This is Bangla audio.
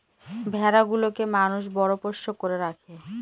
ভেড়া গুলোকে মানুষ বড় পোষ্য করে রাখে